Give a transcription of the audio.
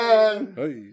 Hey